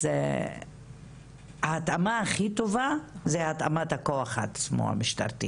אז ההתאמה הכי טובה היא התאמת הכוח המשטרתי